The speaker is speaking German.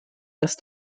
ist